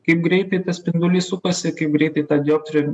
kaip greitai tas spindulys sukasi kaip greitai ta dioptrija